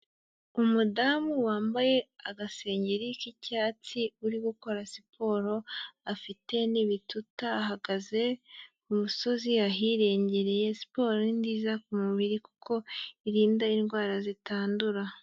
Umudamu wambaye agasengeri k'icyatsi uri gukora siporo, afite n'ibituta, ahahagaze ku musozi ahirengereye, siporo ni nziza ku mubiri kuko irinda indwara zitandura.